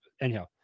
Anyhow